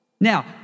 now